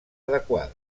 adequades